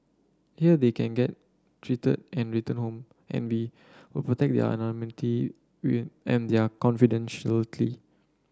here they can get treated and return home and we will protect their anonymity and their